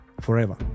forever